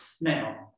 Now